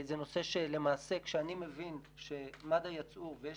זה נושא שלמעשה כשאני מבין שמד"א יצאו ויש